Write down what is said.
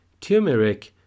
turmeric